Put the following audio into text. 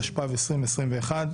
התשפ"ב 2022,